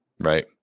Right